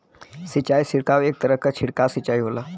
सिंचाई छिड़काव एक तरह क छिड़काव सिंचाई होला